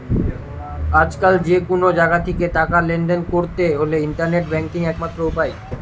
আজকাল যে কুনো জাগা থিকে টাকা লেনদেন কোরতে হলে ইন্টারনেট ব্যাংকিং একমাত্র উপায়